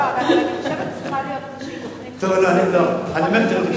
צריכה להיות תוכנית, מקדמת דנא,